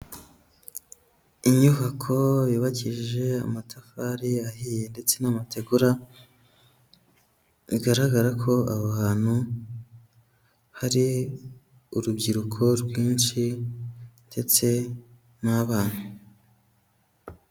Inyubako yubakishije amatafari ahiye ndetse n'amategura, bigaragara ko aho hantu hari urubyiruko rwinshi ndetse n'abana.